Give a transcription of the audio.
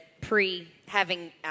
pre-having